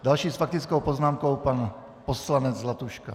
Další s faktickou poznámkou pan poslanec Zlatuška.